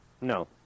No